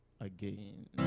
again